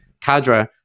cadre